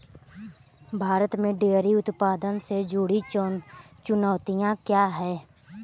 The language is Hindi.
भारत में डेयरी उत्पादन से जुड़ी चुनौतियां क्या हैं?